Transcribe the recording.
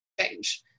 change